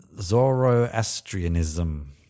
Zoroastrianism